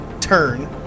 turn